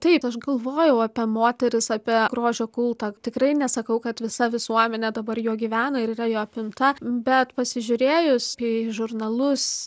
taip aš galvojau apie moteris apie grožio kultą tikrai nesakau kad visa visuomenė dabar juo gyvena ir yra jo apimta bet pasižiūrėjus į žurnalus